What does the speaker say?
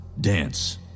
dance